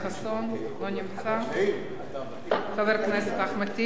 חבר הכנסת אחמד טיבי, לא נמצא.